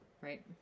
Right